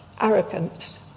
arrogance